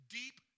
deep